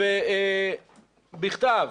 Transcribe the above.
בכתב,